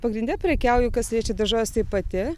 pagrinde prekiauju kas liečia daržoves tai pati